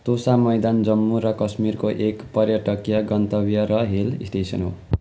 तोसा मैदान जम्मू र काश्मीरको एक पर्यटकीय गन्तव्य र हिल स्टेसन हो